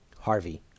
Harvey